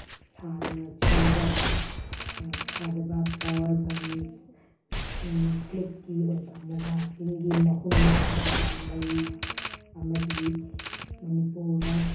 ꯁꯥꯅ ꯁꯦꯝꯖꯕ ꯁꯥꯖꯕ ꯐ꯭ꯂꯥꯋꯔ ꯕꯟꯁ ꯏꯁꯂꯤꯛꯀꯤ ꯑꯣꯏꯕ ꯃꯨꯒꯥ ꯇꯤꯟꯒꯤ ꯃꯍꯨꯝꯅ ꯁꯥꯖꯕ ꯂꯩ ꯑꯃꯗꯤ ꯃꯅꯤꯄꯨꯔꯗ